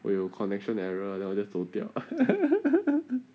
我有 connection error then 我 just 走掉